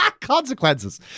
Consequences